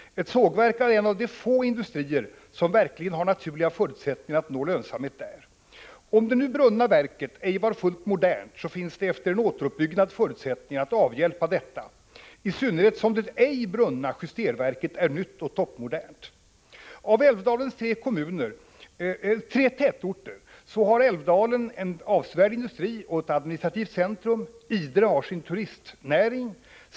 Ett sågverk är en av de få industrier som verkligen har naturliga förutsättningar att nå lönsamhet där. Om nu det brunna verket ej var fullt modernt, finns det efter en återuppbyggnad förutsättningar att avhjälpa detta, i synnerhet som det ej nedbrunna justerverket är nytt och toppmodernt. Av Älvdalens tre tätorter har Älvdalen en avsevärd industri och ett administrativt centrum. Idre har sin turistnäring.